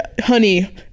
honey